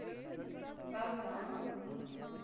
Assam